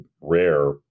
rare